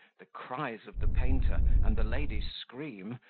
the cries of the painter, and the lady's scream,